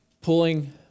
pulling